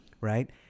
right